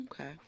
Okay